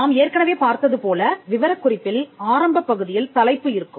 நாம் ஏற்கனவே பார்த்தது போல விவரக் குறிப்பில் ஆரம்பப்பகுதியில் தலைப்பு இருக்கும்